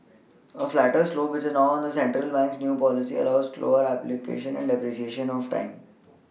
a flatter slope which is now the central bank's new policy allows slower appreciation or depreciation of time